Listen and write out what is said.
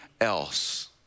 else